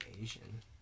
Asian